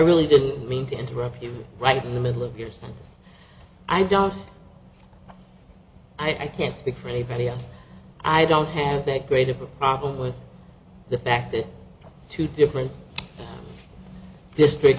really didn't mean to interrupt you right in the middle of you're saying i don't i can't speak for anybody else i don't have that great of a problem with the fact that two different district